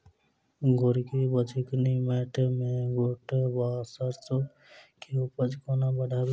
गोरकी वा चिकनी मैंट मे गोट वा सैरसो केँ उपज कोना बढ़ाबी?